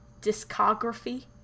discography